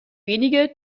wenige